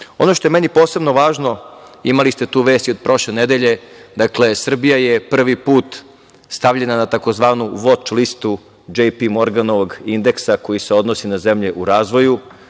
što je meni posebno važno, imali ste tu vest i od prošle nedelje. Srbija je prvi put stavljena na tzv. „Voč listu“ J. P. Morganovog indeksa koji se odnosi na zemlje u razvoju.